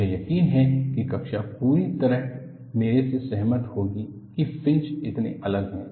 मुझे यकीन है कि कक्षा पूरी तरह मेरे से सहमत होगी कि फ्रिंज इतने अलग हैं